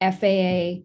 FAA